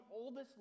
oldest